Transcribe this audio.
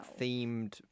themed